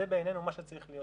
זה בעיננו מה שצריך להיות.